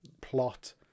plot